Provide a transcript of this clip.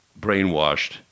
brainwashed